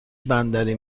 بندری